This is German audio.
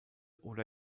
oder